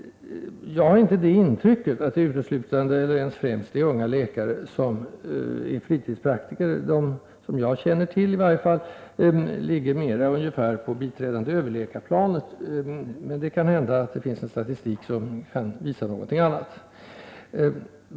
Jag har inte heller intrycket att det uteslutande eller ens främst är unga läkare som är fritidspraktiker. I varje fall de som jag känner till ligger mera på en nivå motsvarande biträdande överläkare, men kanhända finns det statistik som kan visa någonting annat.